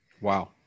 Wow